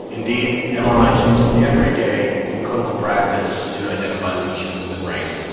indeed, and mri is used every day in clinical practice to identify lesions in the brain.